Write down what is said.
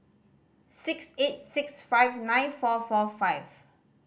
six eight six five nine four four five